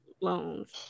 loans